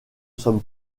sommes